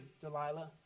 Delilah